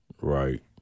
Right